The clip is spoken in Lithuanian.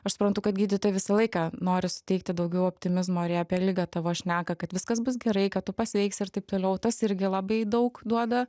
aš suprantu kad gydytojai visą laiką nori suteikti daugiau optimizmo ir jie apie ligą tavo šneka kad viskas bus gerai kad tu pasveiksi ir taip toliau tas irgi labai daug duoda